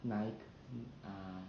拿 uh